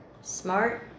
smart